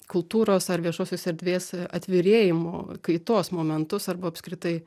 kultūros ar viešosios erdvės atvirėjimo kaitos momentus arba apskritai